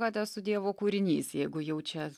kad esu dievo kūrinys jeigu jau čia